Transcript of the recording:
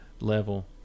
level